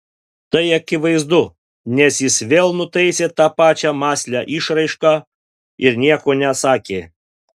tai akivaizdu nes jis vėl nutaisė tą pačią mąslią išraišką ir nieko nesakė